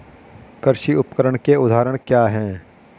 कृषि उपकरण के उदाहरण क्या हैं?